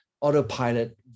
autopilot